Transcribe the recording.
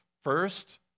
First